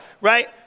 right